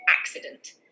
accident